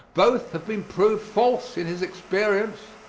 both have been proved false in his experience.